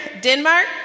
Denmark